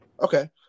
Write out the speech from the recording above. okay